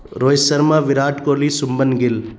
Rohit Sharma Virat Kohli Shubman Gul